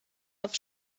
auf